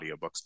audiobooks